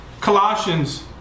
Colossians